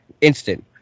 instant